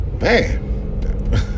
man